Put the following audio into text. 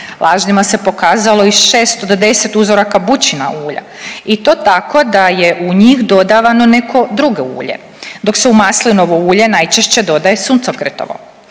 Lažnima se pokazalo i 6 do 10 uzoraka bućina ulja i to tako da je u njih dodavano neko drugo ulje, dok se u maslinovo ulje najčešće dodaje suncokretovo.